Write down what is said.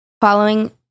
following